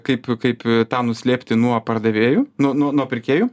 kaip kaip tą nuslėpti nuo pardavėjų nu nuo nuo pirkėjų